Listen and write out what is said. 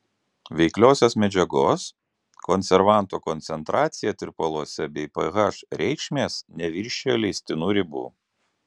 veikliosios medžiagos konservanto koncentracija tirpaluose bei ph reikšmės neviršijo leistinų ribų